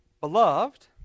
Beloved